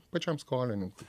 pačiam skolininkui